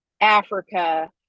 africa